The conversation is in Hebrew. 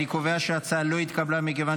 אני קובע שההצעה לא התקבלה, מכיוון